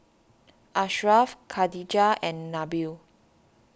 Ashraf Khadija and Nabil